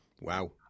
Wow